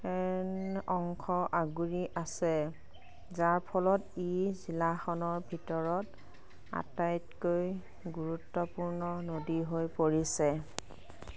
অংশ আগুৰি আছে যাৰ ফলত ই জিলাখনৰ ভিতৰত আটাইতকৈ গুৰুত্বপূৰ্ণ নদী হৈ পৰিছে